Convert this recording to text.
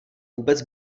vůbec